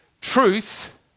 truth